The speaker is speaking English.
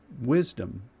wisdom